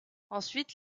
ensuite